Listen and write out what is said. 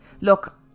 Look